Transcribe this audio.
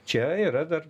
čia yra dar